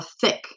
thick